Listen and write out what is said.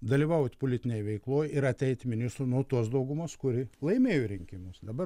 dalyvaut politinėj veikloj ir ateiti ministru nuo tos daugumos kuri laimėjo rinkimus dabar